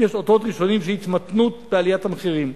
יש אותות ראשונים של התמתנות בעליית המחירים.